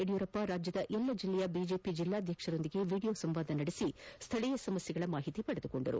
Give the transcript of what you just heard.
ಯಡಿಯೂರಪ್ಪ ರಾಜ್ಯದ ಎಲ್ಲ ಜಿಲ್ಲೆಯ ಬಿಜೆಪಿ ಜಿಲ್ಲಾಧ್ಯಕ್ಷರೊಂದಿಗೆ ವಿಡಿಯೋ ಸಂವಾದ ನಡೆಸಿ ಸ್ಥಳೀಯ ಸಮಸ್ಯೆಗಳ ಮಾಹಿತಿ ಪಡೆದರು